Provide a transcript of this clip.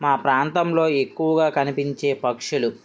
మా ప్రాంతంలో ఎక్కువగా కనిపించే పక్షులు